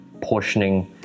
portioning